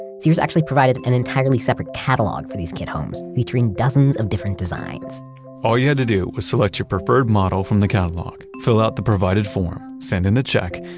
sears actually provided an entirely separate catalog for these kit homes, featuring dozens of different designs all you had to do was select your preferred model from the catalog, fill out the provided form, send in a check,